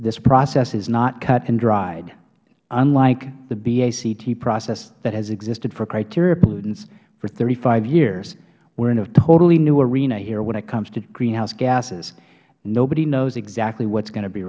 this process is not cut and dried unlike the bact process that has existed for criteria pollutants for thirty five years we are in a totally new arena here when it comes to greenhouse gases nobody knows exactly what is going to be